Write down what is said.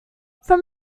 from